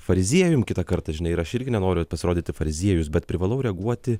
fariziejum kitą kartą žinai ir aš irgi nenoriu pasirodyti fariziejus bet privalau reaguoti